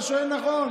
אתה שואל נכון.